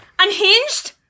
Unhinged